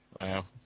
Wow